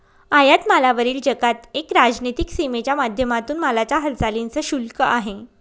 आयात मालावरील जकात एक राजनीतिक सीमेच्या माध्यमातून मालाच्या हालचालींच शुल्क आहे